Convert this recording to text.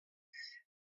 segon